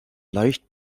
leicht